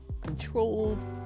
controlled